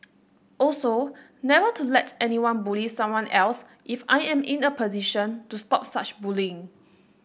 also never to let anyone bully someone else if I am in a position to stop such bullying